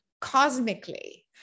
cosmically